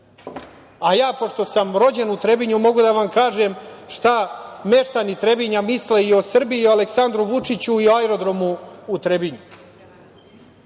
pošto sam rođen u Trebinju mogu da vam kažem šta meštani Trebinja misle i o Srbiji i o Aleksandru Vučiću i o aerodromu u Trebinju.